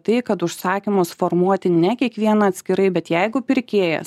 tai kad užsakymus formuoti ne kiekvieną atskirai bet jeigu pirkėjas